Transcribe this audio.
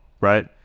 right